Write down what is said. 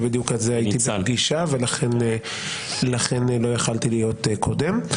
בדיוק על זה הייתי בפגישה ולכן לא יכולתי להיות קודם.